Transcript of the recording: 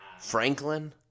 Franklin